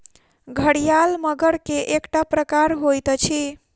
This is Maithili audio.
घड़ियाल मगर के एकटा प्रकार होइत अछि